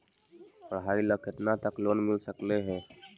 पढाई ल केतना तक लोन मिल सकले हे?